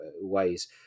ways